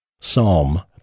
Psalm